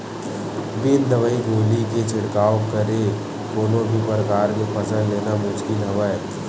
बिन दवई गोली के छिड़काव करे कोनो भी परकार के फसल लेना मुसकिल हवय